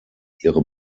ihre